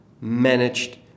managed